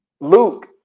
Luke